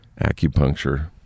acupuncture